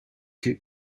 que